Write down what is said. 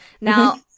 Now